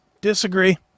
Disagree